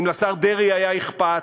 אם לשר דרעי היה אכפת,